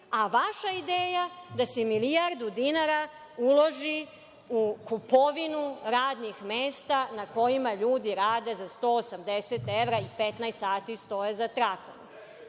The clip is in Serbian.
a vaša ideja da se milijardu dinara uloži u kupovinu radnih mesta na kojima ljudi rade za 180 evra i 15 sati stoje za trakom. Vi